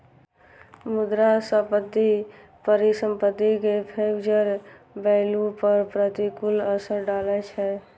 मुद्रास्फीति परिसंपत्ति के फ्यूचर वैल्यू पर प्रतिकूल असर डालै छै